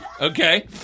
Okay